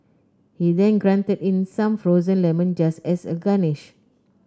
he then grated in some frozen lemon just as a garnish